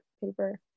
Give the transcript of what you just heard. paper